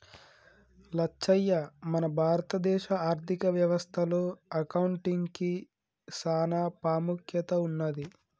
లచ్చయ్య మన భారత దేశ ఆర్థిక వ్యవస్థ లో అకౌంటిగ్కి సాన పాముఖ్యత ఉన్నది